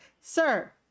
Sir